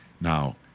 Now